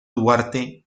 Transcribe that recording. duarte